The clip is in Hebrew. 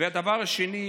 והדבר השני,